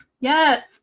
yes